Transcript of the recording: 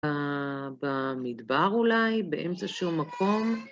במדבר אולי, באמצע שום מקום.